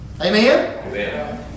Amen